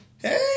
Hey